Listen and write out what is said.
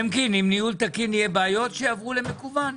למקין, עם ניהול תקין יהיה בעיות שיעבור למקוון?